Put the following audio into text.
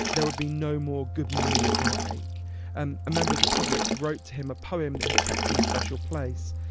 there would be no more good morning heartache. and a member of the public wrote him a poem that he kept in a special place.